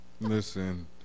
Listen